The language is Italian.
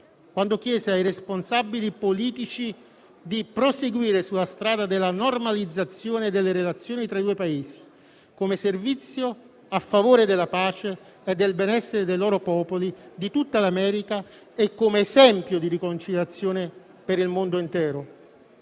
quando chiese ai responsabili politici di proseguire sulla strada della normalizzazione delle relazioni tra i due Paesi come servizio a favore della pace e del benessere dei loro popoli e di tutta l'America e come esempio di riconciliazione per il mondo intero.